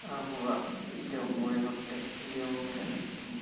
ᱟᱵᱚᱣᱟᱜ ᱡᱚᱢ ᱢᱚᱬᱮ ᱜᱚᱴᱮᱡ ᱡᱚᱢ ᱨᱮᱭᱟᱜ ᱧᱩᱛᱩᱢ